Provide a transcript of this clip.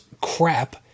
crap